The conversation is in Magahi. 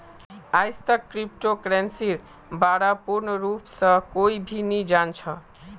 आईजतक क्रिप्टो करन्सीर बा र पूर्ण रूप स कोई भी नी जान छ